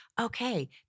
okay